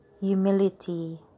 humility